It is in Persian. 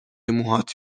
موهات